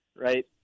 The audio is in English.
right